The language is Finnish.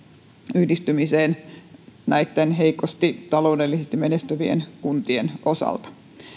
yhdistymiseen näitten heikosti taloudellisesti menestyvien kuntien osalta